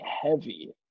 heavy